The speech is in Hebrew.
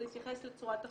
להתייחס לצורת החוזה,